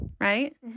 right